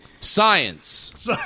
Science